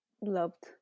loved